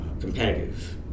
competitive